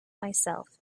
myself